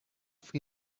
für